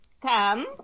Come